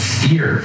fear